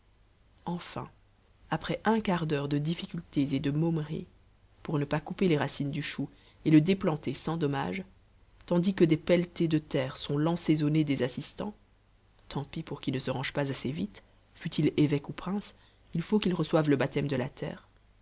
enfin après un quart d'heure de difficultés et de momeries pour ne pas couper les racines du chou et le déplanter sans dommage tandis que des pelletées de terre sont lancées au nez des assistants tant pis pour qui ne se range pas assez vite fût-il évêque ou prince il faut qu'il reçoive le baptême de la terre